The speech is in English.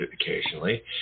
occasionally